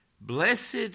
Blessed